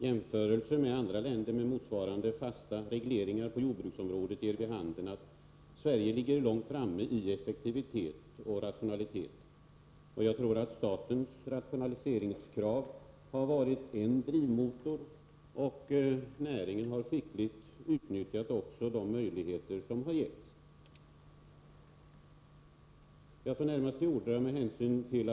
Jämförelser med andra länder med motsvarande fasta regleringar på jordbruksområdet ger vid handen att Sverige ligger långt framme i effektivitet och rationalitet. Jag tror att statens rationaliseringskrav har varit en drivmotor. Näringen har också skickligt utnyttjat de möjligheter som har getts. Jag tog närmast till orda med hänsyn till.